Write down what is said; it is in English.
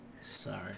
sorry